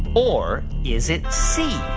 or is it c.